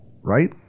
right